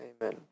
amen